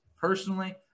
Personally